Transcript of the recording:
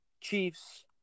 Chiefs